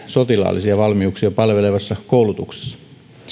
sotilaallisia valmiuksia palvelevassa koulutuksessa